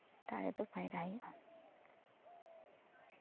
ᱚᱱᱠᱟ ᱠᱟᱛᱮᱫ ᱯᱟᱭᱨᱟ ᱵᱟᱝ ᱦᱩᱭᱩᱜ ᱠᱟᱱᱟ